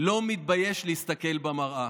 לא מתבייש להסתכל במראה.